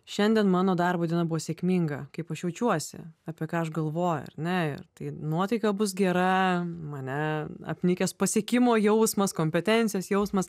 šiandien mano darbo diena buvo sėkminga kaip aš jaučiuosi apie ką aš galvoju ar ne ir tai nuotaika bus gera mane apnikęs pasiekimo jausmas kompetencijos jausmas